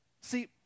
See